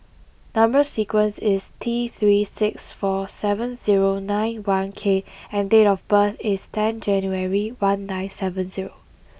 number sequence is T three six four seven zero nine one K and date of birth is ten January one nine seven zero